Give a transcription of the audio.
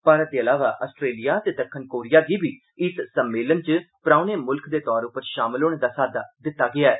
भारत दे अलावा आस्ट्रेलिया ते दक्खन कोरिया गी बी इस सम्मेलन च परौह्ने मुल्ख दे तौर उप्पर शामल होने दा साद्दा दित्ता गेआ ऐ